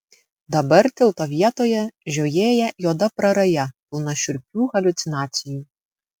dabar tilto vietoje žiojėja juoda praraja pilna šiurpių haliucinacijų